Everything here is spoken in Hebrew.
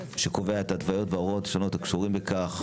שקובע את ההתוויות וההוראות השונות הקשורות לכך,